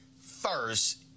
First